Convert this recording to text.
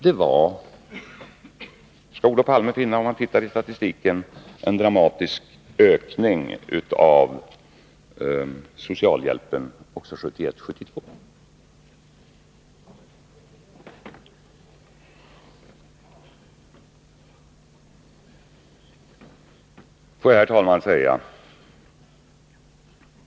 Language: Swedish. Om nu Olof Palme studerar statistiken, skall han finna att socialhjälpen ökade dramatiskt 1971/72. Herr talman!